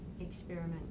experiment